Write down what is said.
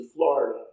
Florida